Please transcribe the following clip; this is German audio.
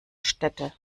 städte